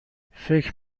فکر